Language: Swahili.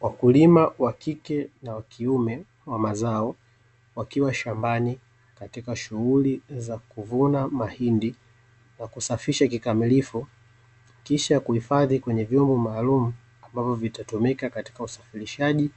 Wakulima wakike na wakiume wa mazao, wakiwa shambani katika shughuli za kuvuna mahindi na kusafisha kikamilifu, kisha kuhifadhi kwenye vyombo maalumu ambavyo vitatumika katika usafirishaji